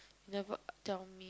never tell me